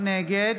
נגד